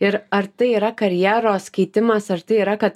ir ar tai yra karjeros keitimas ar tai yra kad